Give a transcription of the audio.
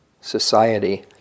society